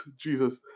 Jesus